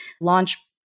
launch